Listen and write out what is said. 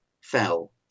fell